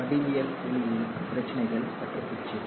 வடிவியல் ஒளியியல் பிரச்சினைகள் பற்றிய பேச்சு